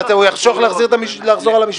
הוא יחזור על המשפט.